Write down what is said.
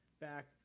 back